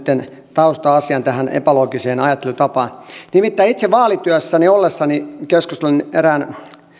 tausta asian tähän epäloogiseen ajattelutapaan nimittäin itse vaalityössä ollessani keskustelin erään